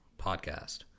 podcast